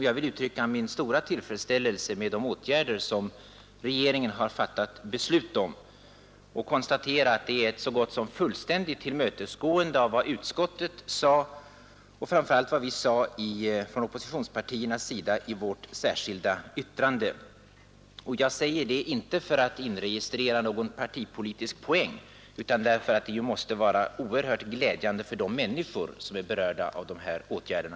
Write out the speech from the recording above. Jag vill uttrycka min stora tillfredsställelse med de åtgärder som regeringen har fattat beslut om och konstatera att det är ett så gott som fullständigt tillmötesgående av vad utskottet sade och framför allt av vad som sades från oppositionspartiernas sida i vårt särskilda yttrande i mars. Jag säger inte detta för att inregistrera någon partipolitisk poäng, utan därför att åtgärderna måste vara glädjande för de människor som är berörda.